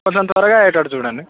కొంచెం త్వరగా అయ్యేటట్టు చూడండి